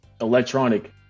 electronic